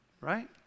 right